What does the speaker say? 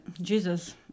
Jesus